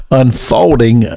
unfolding